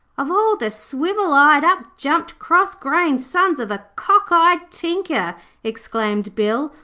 of all the swivel-eyed, up-jumped, cross-grained, sons of a cock-eyed tinker exclaimed bill,